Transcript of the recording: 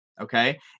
Okay